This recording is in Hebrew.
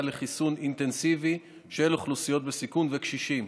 לחיסון אינטנסיבי של אוכלוסיות בסיכון וקשישים.